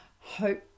hope